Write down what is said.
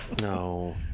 no